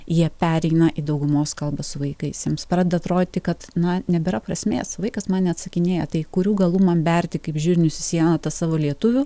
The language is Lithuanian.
jie pereina į daugumos kalbą su vaikais jiems pradeda atrodyti kad na nebėra prasmės vaikas man neatsakinėja tai kurių galų man berti kaip žirnius į sieną tą savo lietuvių